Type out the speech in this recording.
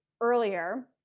earlier